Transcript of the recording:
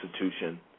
institution